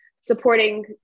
supporting